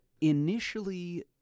initially